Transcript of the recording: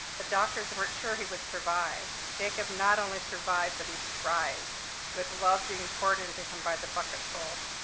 the doctors weren't sure he would survive. jacob not only survived, but he thrived with love being poured into him by the bucket-fulls.